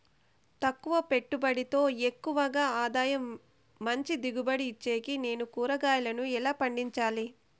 తక్కువ పెట్టుబడితో ఎక్కువగా ఆదాయం మంచి దిగుబడి ఇచ్చేకి నేను కూరగాయలను ఎలా పండించాలి?